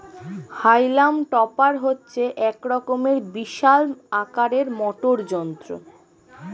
হাইলাম টপার হচ্ছে এক রকমের বিশাল আকারের মোটর যন্ত্র